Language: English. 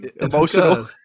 Emotional